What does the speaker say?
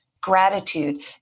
gratitude